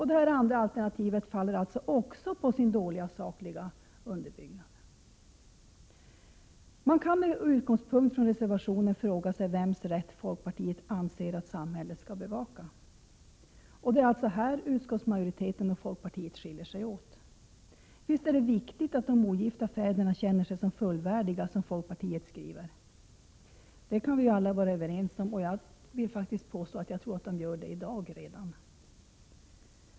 Detta alternativa förslag faller alltså också på sin dåliga sakliga underbyggnad. Man kan med utgångspunkt i reservationen fråga sig vems rätt folkpartiet anser att samhället skall bevaka. Det är alltså här utskottsmajoriteten och folkpartiet skiljer sig åt. Visst är det viktigt att de ogifta fäderna känner sig som fullvärdiga fäder, som folkpartiet skriver. Det kan vi alla vara överens om, och jag vill faktiskt påstå att de gör det redan i dag.